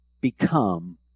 become